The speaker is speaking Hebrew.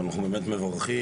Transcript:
ואנחנו באמת מברכים.